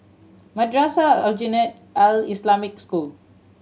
Madrasah Aljunied Al Islamic School